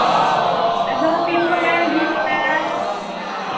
ᱟᱫᱚ ᱛᱤᱱ ᱥᱚᱢᱚᱭᱮᱢ ᱡᱷᱤᱡ ᱫᱟ